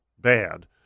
bad